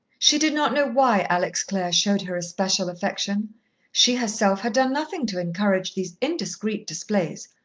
she did not know why alex clare showed her especial affection she herself had done nothing to encourage these indiscreet displays.